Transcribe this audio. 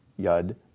Yud